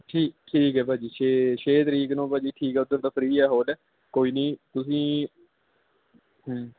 ਠੀਕ ਠੀਕ ਹੈ ਭਾਅ ਜੀ ਛੇ ਛੇ ਤਰੀਕ ਨੂੰ ਭਾਅ ਜੀ ਠੀਕ ਹੈ ਉੱਦਣ ਤਾਂ ਫਰੀ ਆ ਹੋਲ ਕੋਈ ਨਹੀਂ ਤੁਸੀਂ